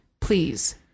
please